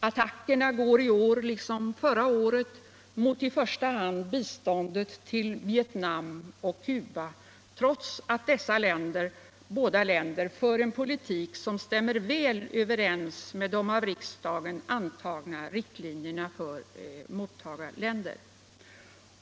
Attackerna går i år liksom förra året mot i första hand biståndet till Vietnam och Cuba, trots att dessa båda länder för en politik som stämmer väl överens med de av riksdagen antagna riktlinjerna för val av mottagarländer.